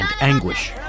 anguish